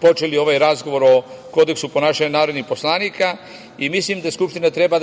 počeli ovaj razgovor o kodeksu ponašanja narodnih poslanika i mislim da Skupština treba,